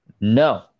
no